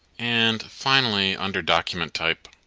and finally, under document type,